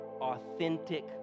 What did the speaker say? authentic